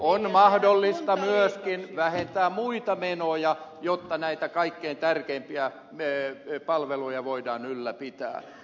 on mahdollista myöskin vähentää muita menoja jotta näitä kaikkein tärkeimpiä palveluja voidaan ylläpitää